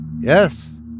Yes